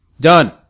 Done